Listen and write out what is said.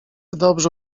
dobrze